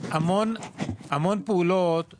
המון פעולות על